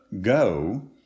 go